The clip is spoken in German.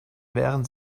wären